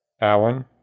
Alan